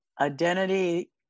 Identity